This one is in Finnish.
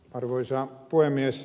arvoisa puhemies